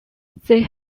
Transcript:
they